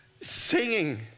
singing